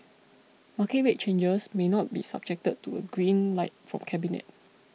market rate changes may not be subject to a green light from cabinet